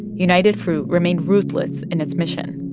united fruit remained ruthless in its mission.